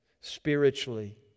Spiritually